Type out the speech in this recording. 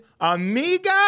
amiga